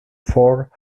four